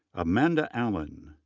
amanda allen.